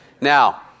Now